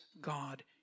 God